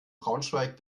braunschweig